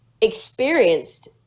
experienced